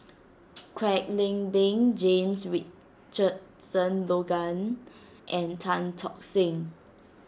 Kwek Leng Beng James Richardson Logan and Tan Tock Seng